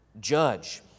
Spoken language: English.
judge